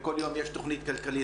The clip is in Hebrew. וכל יום יש תכנית כלכלית,